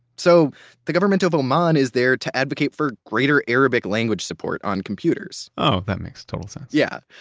so the government of oman is there to advocate for greater arabic language support on computers oh, that makes total sense yeah.